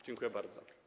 Dziękuję bardzo.